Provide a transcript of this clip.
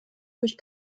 durch